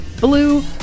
blue